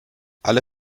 alle